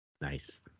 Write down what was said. Nice